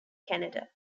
canada